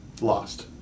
Lost